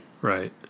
Right